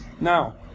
Now